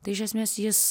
tai iš esmės jis